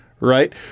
Right